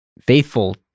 faithful